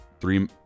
three